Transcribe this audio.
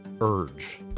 Urge